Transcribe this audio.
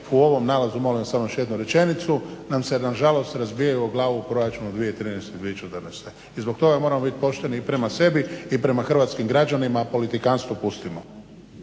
u ovom nalazu, molim samo još jednu rečenicu nam se na žalost razbijaju o glavu u proračunu 2013./2014. I zbog toga moramo biti pošteni i prema sebi i prema hrvatskim građanima, a politikanstvo pustimo.